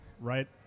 Right